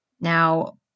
Now